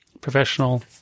professional